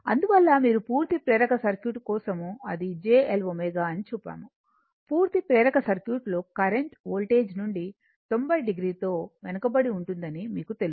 అందువల్ల మీరు పూర్తి ప్రేరక సర్క్యూట్ కోసం అది j L ω అని చూసాము పూర్తి ప్రేరక సర్క్యూట్ లో కరెంట్ వోల్టేజ్ నుండి 900 తో వెనుకబడి ఉంటుందని మీకు తెలుసు